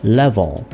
level